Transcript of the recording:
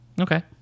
Okay